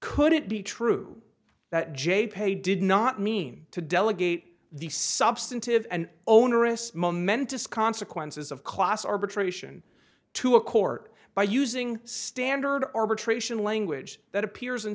could it be true that j pe did not mean to delegate the substantive and onerous momentous consequences of class arbitration to a court by using standard arbitration language that appears in